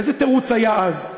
איזה תירוץ היה אז?